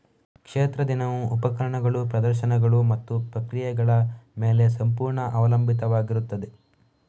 ಕ್ಷೇತ್ರ ದಿನವು ಉಪಕರಣಗಳು, ಪ್ರದರ್ಶನಗಳು ಮತ್ತು ಪ್ರಕ್ರಿಯೆಗಳ ಮೇಲೆ ಸಂಪೂರ್ಣ ಅವಲಂಬಿತವಾಗಿರುತ್ತದೆ